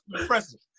impressive